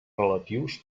relatius